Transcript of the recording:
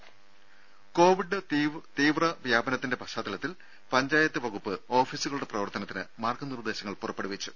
ദ്ദേ കോവിഡ് തീവ്ര വ്യാപനത്തിന്റെ പശ്ചാത്തലത്തിൽ പഞ്ചായത്ത് വകുപ്പ് ഓഫീസുകളുടെ പ്രവർത്തനത്തിന് മാർഗ്ഗ നിർദ്ദേശങ്ങൾ പുറപ്പെടുവിച്ചു